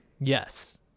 yes